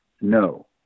No